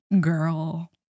Girl